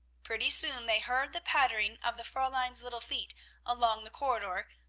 pretty soon they heard the pattering of the fraulein's little feet along the corridor,